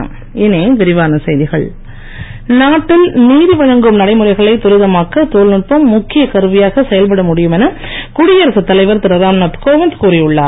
ராம்நாத் நாட்டில் நீதி வழங்கும் நடைமுறைகளை துரிதமாக்க தொழில் நுட்பம் முக்கிய கருவியாக செயல்பட முடியும் என குடியரக தலைவர் திரு ராம்நாத் கோவிந்த் கூறி உள்ளார்